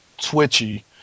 twitchy